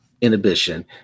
inhibition